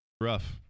Rough